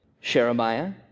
Sherebiah